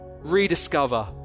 rediscover